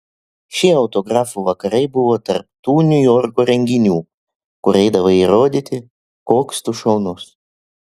šie autografų vakarai buvo tarp tų niujorko renginių kur eidavai įrodyti koks tu šaunus